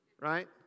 Right